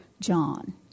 John